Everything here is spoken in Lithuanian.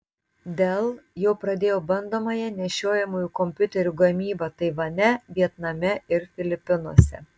dell jau pradėjo bandomąją nešiojamųjų kompiuterių gamybą taivane vietname ir filipinuose